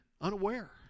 unaware